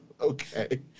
Okay